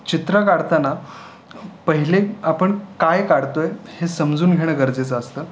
चित्र काढताना पहिले आपण काय काढतो आहे हे समजून घेणं गरजेचं असतं